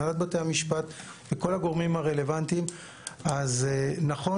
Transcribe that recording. הנהלת בתי המשפט וכל הגורמים הרלוונטיים אז נכון